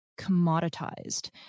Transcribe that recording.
commoditized